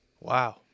Wow